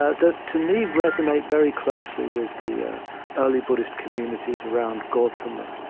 ah that, to me, resonate very closely with the early buddhist communities around gautama.